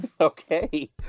Okay